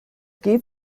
geht